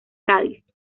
cádiz